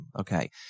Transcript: Okay